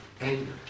anger